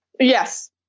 yes